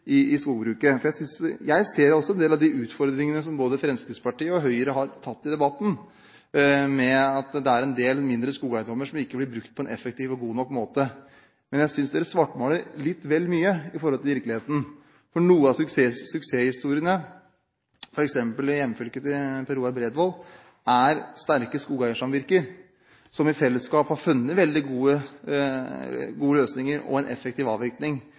i skogbruket. Jeg ser også en del av de utfordringene som både Fremskrittspartiet og Høyre har tatt opp i debatten, at det er en del mindre skogeiendommer som ikke blir brukt på en effektiv og god nok måte. Men jeg synes de svartmaler litt vel mye i forhold til virkeligheten. Noen av suksesshistoriene, f.eks. i hjemfylket til Per Roar Bredvold, handler om et sterkt skogeiersamvirke som i fellesskap har funnet veldig gode løsninger og en effektiv avvirkning.